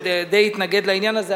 שדי התנגד לעניין הזה,